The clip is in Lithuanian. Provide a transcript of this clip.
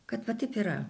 kad va taip yra